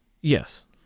Yes